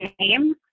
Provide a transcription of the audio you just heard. name